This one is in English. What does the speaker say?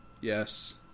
Yes